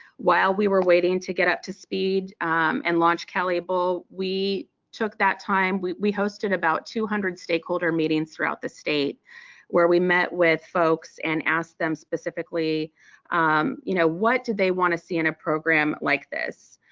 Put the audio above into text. while we were waiting to get up to speed and launch calable we took that time we we hosted about two hundred stakeholder meetings throughout the state where we met with folks and asked them specifically um you know what do they want to see in a program like this.